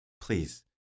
please